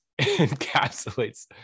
encapsulates